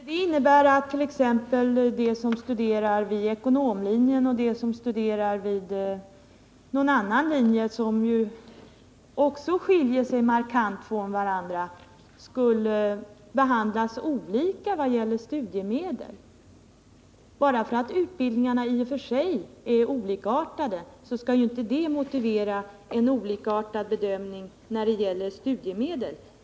Herr talman! Det resonemanget skulle innebära att t.ex. de som studerar vid ekonomlinjen och de som studerar vid någon linje som skiljer sig markant från den skulle behandlas olika vad det gäller studiemedel. Att utbildningarna i och för sig är olikartade skall ju inte motivera en olikartad bedömning när det gäller studiemedel.